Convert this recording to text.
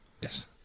Yes